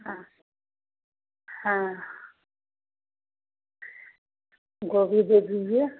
हाँ हाँ गोभी दे दीजिए